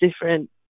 different